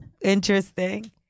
interesting